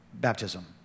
baptism